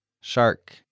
Shark